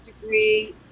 degree